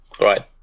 Right